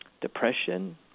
depression